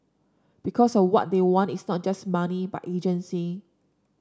because a what they want is not just money but agency